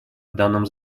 данном